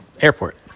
airport